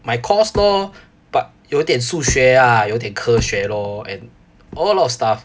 my course lor but 有点数学啊有点科学 lor and all lot of stuff